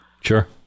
Sure